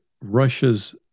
Russia's